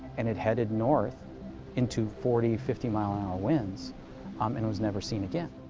and it headed north into forty, fifty mile an hour winds um and was never seen again.